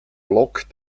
block